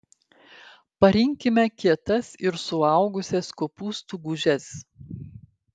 parinkime kietas ir suaugusias kopūstų gūžes